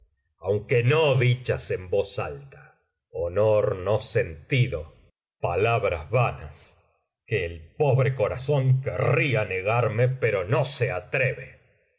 aunque no dichas en voz alta honor no sentido palabras vanas que acto quinto escena ii seyton macb seyton macb seyton macb méd macb méd macb méd macb el pobre corazón querría negarme pero no se atreve